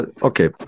Okay